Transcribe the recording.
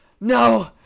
No